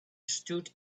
stood